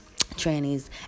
trannies